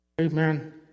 Amen